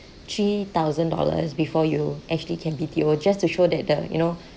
three thousand dollars before you actually can B_T_O just to show that the you know